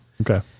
Okay